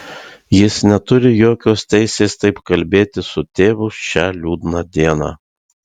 jis neturi jokios teisės taip kalbėti su tėvu šią liūdną dieną